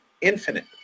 infinite